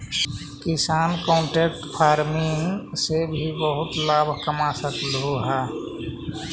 किसान contract farming से भी बहुत लाभ कमा सकलहुं हे